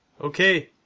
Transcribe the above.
Okay